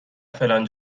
فلان